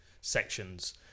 sections